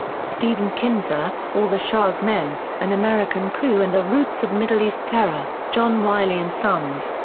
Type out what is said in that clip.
stephen kinzer, all the shah's men an american coup and the roots of middle east terror, john wiley and sons,